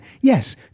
Yes